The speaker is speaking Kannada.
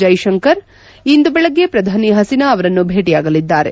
ಜೈಶಂಕರ್ ಇಂದು ಬೆಳಗ್ಗೆ ಪ್ರಧಾನಿ ಹಸೀನಾ ಅವರನ್ನು ಭೇಟಿಯಾಗಲಿದ್ದಾರೆ